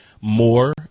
more